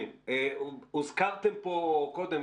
הוזכרתם פה קודם,